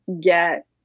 get